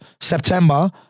September